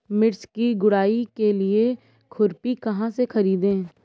मिर्च की गुड़ाई के लिए खुरपी कहाँ से ख़रीदे?